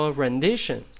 rendition，